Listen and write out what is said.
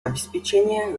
обеспечения